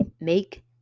make